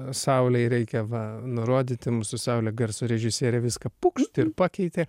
saulei reikia va nurodyti mūsų saulė garso režisierė viską pukšt ir pakeitė